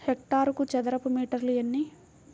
హెక్టారుకు చదరపు మీటర్లు ఎన్ని?